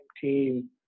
team